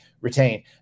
retain